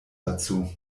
dazu